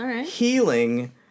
healing